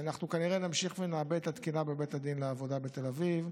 אנחנו כנראה נמשיך ונעבה את התקינה בבית הדין לעבודה בתל אביב,